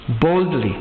Boldly